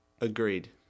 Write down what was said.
Agreed